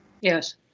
Yes